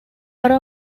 are